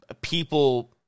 people